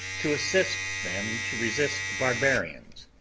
to assist them to resist the barbarians.